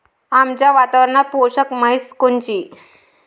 आमच्या वातावरनात पोषक म्हस कोनची?